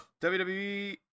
WWE